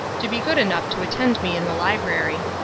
to be good enough to attend me in the library.